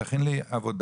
תכין לי עבודה,